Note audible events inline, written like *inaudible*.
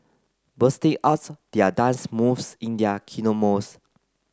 busting out their dance moves in their *unintelligible*